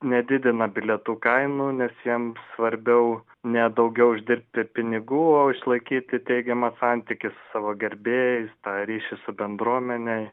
nedidina bilietų kainų nes jiem svarbiau ne daugiau uždirbti pinigų o išlaikyti teigiamą santykį savo gerbėjais tą ryšį su bendruomene